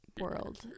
world